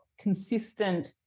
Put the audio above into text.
consistent